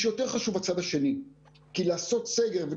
בסדר גמור.